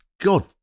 God